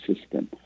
system